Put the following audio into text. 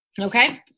Okay